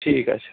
ঠিক আছে